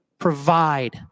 provide